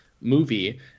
movie